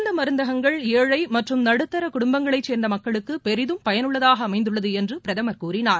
இந்த மருந்தகங்கள் ஏழை மற்றும் நடுத்தர குடும்பங்களை சேர்ந்த மக்களுக்கு பெரிதும் பயனுள்ளதாக அமைந்துள்ளது என்று பிரதமர் கூறினார்